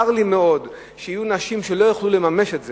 צר לי מאוד שיהיו נשים שלא יוכלו לממש את זה,